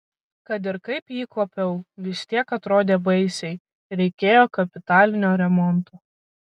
kad ir kaip jį kuopiau vis tiek atrodė baisiai reikėjo kapitalinio remonto